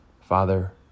Father